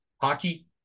hockey